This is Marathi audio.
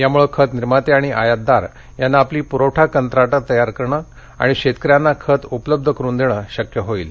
यामुळे खत निर्माते आणि आयातदार यांना आपली प्रवठा कंत्राटं तयार करणं आणि शेतकऱ्यांना खत उपलब्ध करुन देणं शक्य होईल